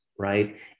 Right